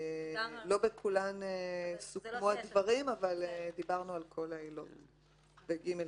לא בכולן סוכמו הדברים אבל דיברנו על כל העילות ב-(ג2).